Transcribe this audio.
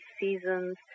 seasons